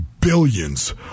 billions